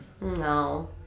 No